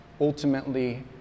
ultimately